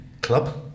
club